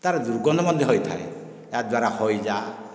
ତାର ଦୁର୍ଗନ୍ଧ ମଧ୍ୟ ହୋଇଥାଏ ଯାହା ଦ୍ୱାରା ହଇଜା